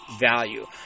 value